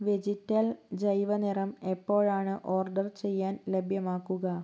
vegetal ജൈവ നിറം എപ്പോഴാണ് ഓർഡർ ചെയ്യാൻ ലഭ്യമാക്കുക